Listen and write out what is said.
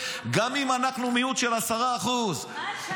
גם אם אנחנו מיעוט של 10%. אמסלם,